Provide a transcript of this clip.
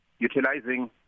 utilizing